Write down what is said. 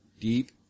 Deep